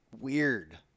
weird